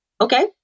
okay